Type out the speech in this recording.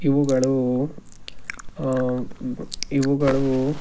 ಇವುಗಳು ಇವುಗಳು